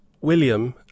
William